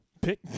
Pick